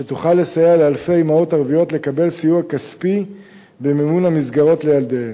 שתוכל לסייע לאלפי אמהות ערביות לקבל סיוע כספי במימון המסגרות לילדיהן.